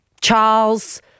Charles